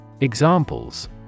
Examples